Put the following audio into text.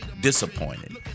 disappointed